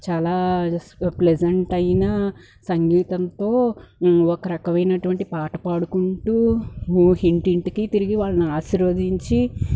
చాలా ప్లజంట్ అయిన సంగీతంతో ఒక రకమైనటువంటి పాట పాడుకుంటూ హో ఇంటింటికి తిరిగి వాలని ఆశీర్వదించి